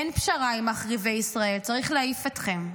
אין פשרה עם מחריבי ישראל, צריך להעיף אתכם.